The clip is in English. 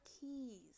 keys